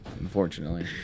Unfortunately